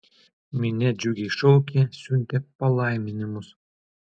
minia džiugiai šaukė siuntė palaiminimus